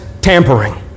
tampering